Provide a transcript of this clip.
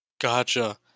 Gotcha